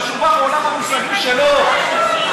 עולם המושגים שלו.